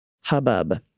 hubbub